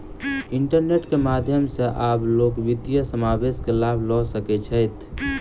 internet के माध्यम सॅ आब लोक वित्तीय समावेश के लाभ लअ सकै छैथ